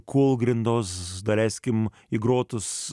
kūlgrindos daeiskim įgrotus